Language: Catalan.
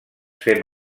fem